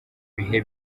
bihe